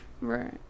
Right